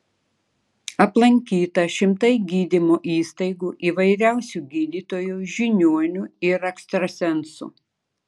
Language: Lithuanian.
aplankyta šimtai gydymo įstaigų įvairiausių gydytojų žiniuonių ir ekstrasensų